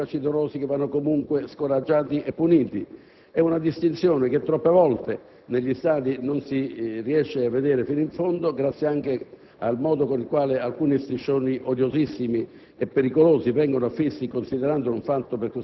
i tifosi, che vanno comunque tutelati e protetti, e i facinorosi, che vanno comunque scoraggiati e puniti. È una distinzione che troppe volte negli stadi non si riesce a fare fino in fondo, grazie anche al modo in cui alcuni striscioni odiosissimi